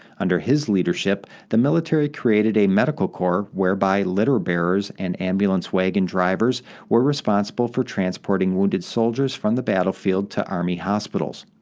under his leadership, the military created a medical corps whereby litter bearers and ambulance-wagon drivers were responsible for transporting wounded soldiers from the battlefield to army hospitals.